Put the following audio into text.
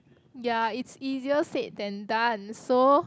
ya it's easier said than done so